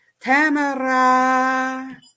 Tamara